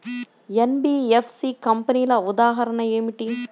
NBFC కంపెనీల ఉదాహరణ ఏమిటి?